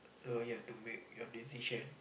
so you have to make your decision